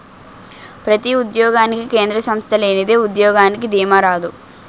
ప్రతి ఉద్యోగానికి కేంద్ర సంస్థ లేనిదే ఉద్యోగానికి దీమా రాదు